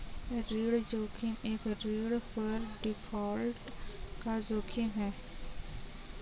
ऋण जोखिम एक ऋण पर डिफ़ॉल्ट का जोखिम है